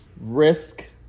Risk